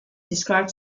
described